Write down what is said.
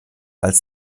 als